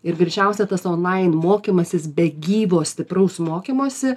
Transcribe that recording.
ir greičiausia tas onlain mokymąsis be gyvo stipraus mokymosi